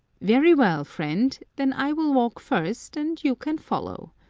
very we l, friend, then i will walk first, and you can follow.